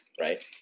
right